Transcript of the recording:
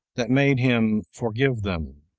that made him forgive them.